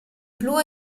blu